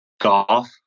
golf